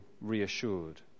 reassured